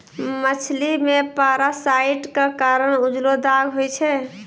मछली मे पारासाइट क कारण उजलो दाग होय छै